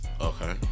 Okay